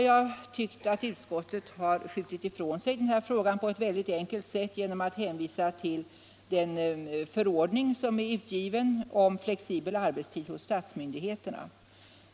Jag tycker att utskottet har skjutit frågan ifrån sig på ett enkelt sätt genom att hänvisa till den förordning som är utgiven om flexibel arbetstid hos statliga myndigheter.